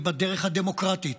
היא בדרך הדמוקרטית.